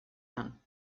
done